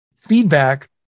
feedback